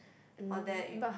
all that you